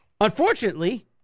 Unfortunately